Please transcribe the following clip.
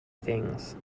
things